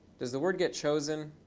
does the word get chosen?